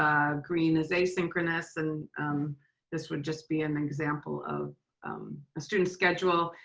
green is asynchronous, and this would just be an example of a student's schedule.